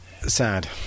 Sad